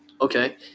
Okay